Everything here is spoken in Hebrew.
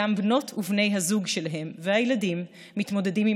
גם בנות ובני הזוג שלהם והילדים מתמודדים עם